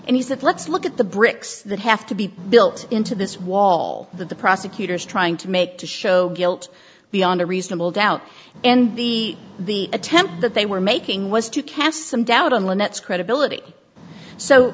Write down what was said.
and he said let's look at the bricks that have to be built into this wall that the prosecutors trying to make to show guilt beyond a reasonable doubt and be the attempt that they were making was to cast some doubt on lynette's credibility so